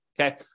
okay